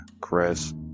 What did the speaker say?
chris